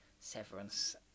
severance